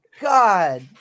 god